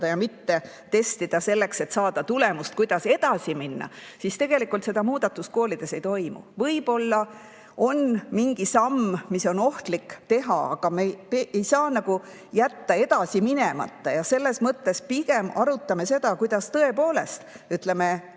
ja mitte ei testita selleks, et saada teada tulemust, kuidas edasi minna, siis tegelikult seda muudatust koolides ei toimu. Võib-olla on mingi samm, mida on ohtlik teha, aga me ei saa jätta edasi minemata. Selles mõttes pigem arutame seda, kuidas tõepoolest nagu